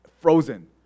frozen